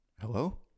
Hello